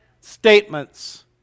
statements